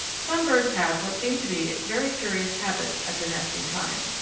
some birds have what seem to be very curious habits at the nesting time.